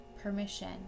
permission